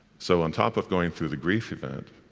so on top of going through the grief event,